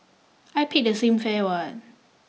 I paid the same fare what